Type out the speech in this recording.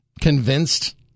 convinced